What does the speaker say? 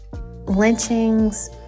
lynchings